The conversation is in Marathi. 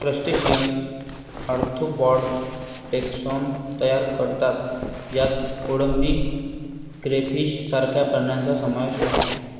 क्रस्टेशियन्स आर्थ्रोपॉड टॅक्सॉन तयार करतात ज्यात कोळंबी, क्रेफिश सारख्या प्राण्यांचा समावेश आहे